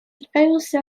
отправился